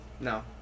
No